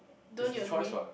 don't you agree